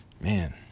man